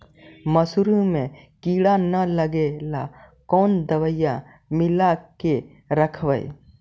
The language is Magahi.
मसुरी मे किड़ा न लगे ल कोन दवाई मिला के रखबई?